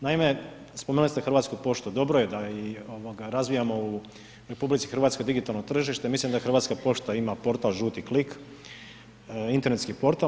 Naime, spomenuli ste Hrvatsku poštu dobro je da i ovoga razvijamo u RH digitalno tržište, mislim da i Hrvatska pošta ima portal žuti klik, internetski portal.